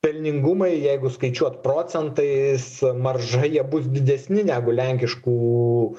pelningumai jeigu skaičiuot procentais marža jie bus didesni negu lenkiškų